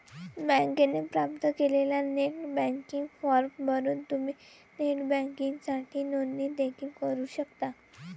बँकेने प्राप्त केलेला नेट बँकिंग फॉर्म भरून तुम्ही नेट बँकिंगसाठी नोंदणी देखील करू शकता